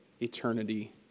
eternity